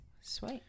Sweet